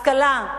השכלה,